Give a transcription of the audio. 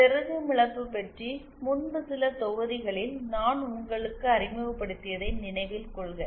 செருகும் இழப்பு பற்றி முன்பு சில தொகுதிகளில் நான் உங்களுக்கு அறிமுகப்படுத்தியதை நினைவில் கொள்க